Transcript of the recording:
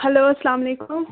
hello اسلام علیکُم